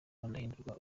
ndahindurwa